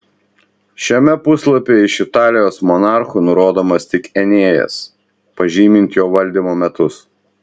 šiame puslapyje iš italijos monarchų nurodomas tik enėjas pažymint jo valdymo metus